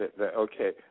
okay